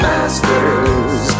Masters